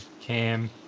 Cam